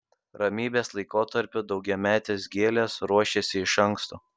ramybės laikotarpiui daugiametės gėlės ruošiasi iš anksto